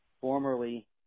formerly